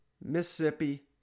Mississippi